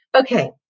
Okay